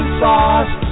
sauce